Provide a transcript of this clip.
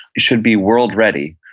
should be world-ready,